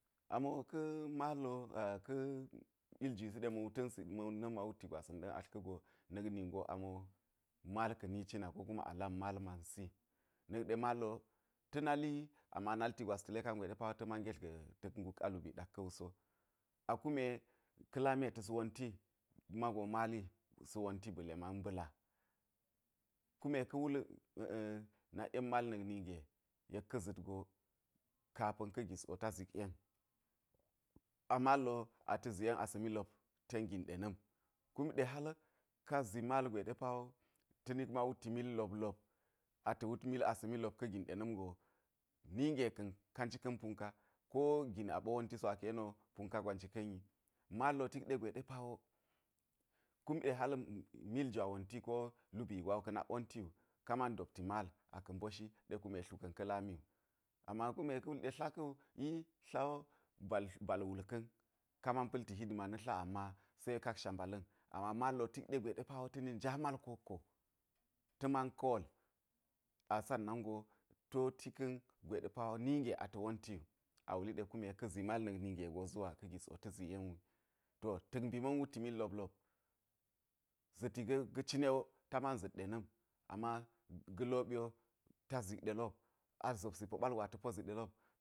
Amo ka̱ mal wo ka̱ ka̱ iljwisi ɗe ma̱ wuta̱nsi ma̱ na̱n ma wutti jwasa̱n ɗa̱n attl ka̱ go na̱k ningo amo mal ka̱ ni cina ko kuma a lam mal mansi, na̱k ɗe mal wo ta̱ nali ama nalti gwas ta̱le ta̱ mangetl ga̱ ta̱k guk a lubii ɗak ka̱ wu so, a kume ka̱ lami ɗe ta̱s wonti kuma go mali sa̱ wonti bsle man mba̱la kume ka̱ wul a̱a̱ nakˈen mal na̱k nige yek ka̱ za̱t go kapa̱n ka̱ giz wo ta zik yen, a mal wo a ta̱ zi yen asa̱mi lop ten gin ɗe na̱m kume hal ka zi mal gwe ɗe pa wo ta̱ nik am wut mil lop lop ata̱ wul asa̱mi lop ka̱ gin ɗe na̱m go nige ka̱n ka njika̱n punka ko gin a ɓo wonti so ka yeni punka gwa njika̱n wi mal wo tik ɗe gwe ɗe pa wo kum ɗe mil jwa wonti ko lubii gwa wo ka̱ nak wonti wu ka man dopti mal aka̱ mboshi ɗe kume tlu ka̱n ka̱ lami wu, ama kume ka̱ wul ɗe tla ka̱ wu i tla wo bal wul ka̱n ka man pa̱lti hidima na̱ tla ama se kaksa mbala̱n, ama mal tik ɗe gwe ɗe pa wo ta̱ ni nja mal ko wokko ta̱ man kol a sannan go ti wo ti ka̱n gwe ɗe pa wo nige a ta̱ wonti wu, a wuli kume ka̱ zi mal na̱k nige go zuwa ka̱ gis wo ta̱ zi yen wi, to ta̱k mbi ma̱n wutti mil lop lop za̱ti ga̱ cine wo ta man za̱t ɗe na̱m, ama ga̱ loɓi wo ta zi ɗe lop a zobsi po ɓa̱l ata̱ zi ɗe lop.